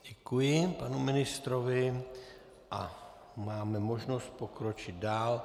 Děkuji panu ministrovi a máme možnost pokročit dál.